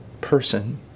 person